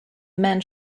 man